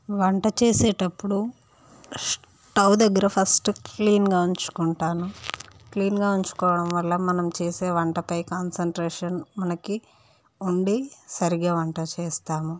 వంట చేసేటప్పుడు స్టవ్ దగ్గర ఫస్ట్ క్లీనుగా ఉంచుకుంటాను క్లీనుగా ఉంచుకోవడం వల్ల మనం చేసే వంట పై కాన్సెన్ట్రేషన్ ఉండి సరిగా వంట చేస్తాము